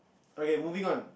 okay moving on